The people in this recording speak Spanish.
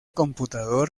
computador